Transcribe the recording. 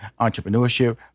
entrepreneurship